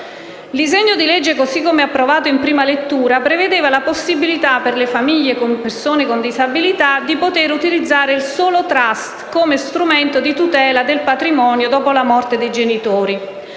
disegno di legge, così come approvato in prima lettura, prevedeva la possibilità, per le famiglie con persone con disabilità, di poter utilizzare il solo *trust* come strumento di tutela del patrimonio dopo la morte dei genitori.